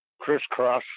crisscross